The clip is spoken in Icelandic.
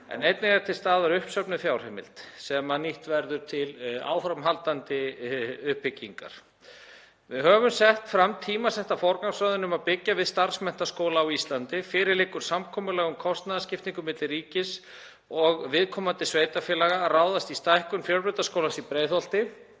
en einnig er til staðar uppsöfnuð fjárheimild sem nýtt verður til áframhaldandi uppbyggingar. Við höfum sett fram tímasetta forgangsröðun um að byggja við starfsmenntaskóla á Íslandi. Fyrir liggur samkomulag um kostnaðarskiptingu milli ríkis og viðkomandi sveitarfélaga að ráðast í stækkun Fjölbrautaskólans í Breiðholti,